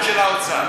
זו ההתנהגות של האוצר.